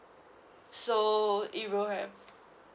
so it will have